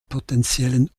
potenziellen